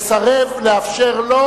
לסרב לאפשר לו,